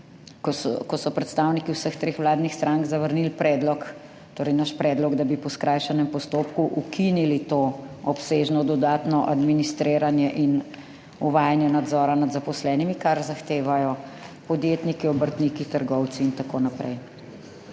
ko so predstavniki vseh treh vladnih strank zavrnili predlog, torej naš predlog, da bi po skrajšanem postopku ukinili to obsežno dodatno administriranje in uvajanje nadzora nad zaposlenimi, kar zahtevajo podjetniki, obrtniki, trgovci, itn.